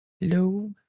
Low